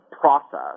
process